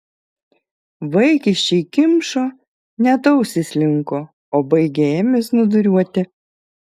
vaikiščiai kimšo net ausys linko o baigę ėmė snūduriuoti